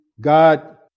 God